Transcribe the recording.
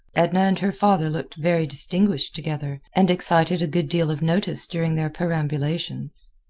edna and her father looked very distinguished together, and excited a good deal of notice during their perambulations.